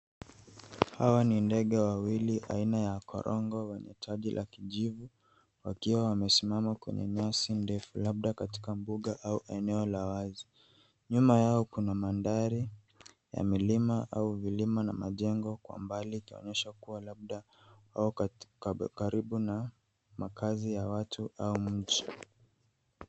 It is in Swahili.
Hawa ni ndege wawili aina ya korongo wana taji la kijivu, wakiwa wamesimama kwenye nyasi ndefu labda katika mbuga au eneo la wazi. Nyuma yao kuna mandhari ya milima au vilima na majemgo kwa mbali ikionyesha kuwa labda wamo karibu na makazi ya watu au mji.